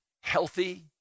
Healthy